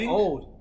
old